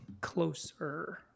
closer